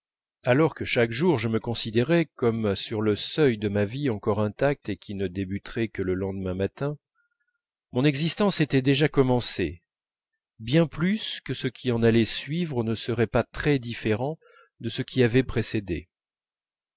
alors que chaque jour je me considérais comme sur le seuil de ma vie encore intacte et qui ne débuterait que le lendemain matin mon existence était déjà commencée bien plus que ce qui allait en suivre ne serait pas très différent de ce qui avait précédé